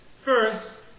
first